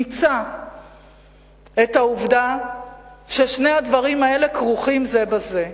מיצה את העובדה ששני הדברים האלה כרוכים זה בזה.